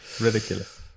Ridiculous